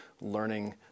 learning